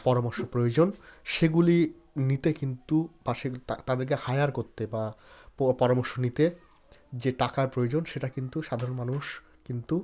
পরামর্শ প্রয়োজন সেগুলি নিতে কিন্তু পাশে তাদেরকে হায়ার করতে বা পরামর্শ নিতে যে টাকার প্রয়োজন সেটা কিন্তু সাধারণ মানুষ কিন্তু